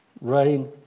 Rain